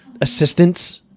assistance